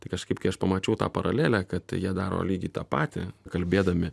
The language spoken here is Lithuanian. tai kažkaip kai aš pamačiau tą paralelę kad jie daro lygiai tą patį kalbėdami